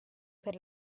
per